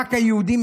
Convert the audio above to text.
רק היהודים,